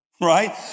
right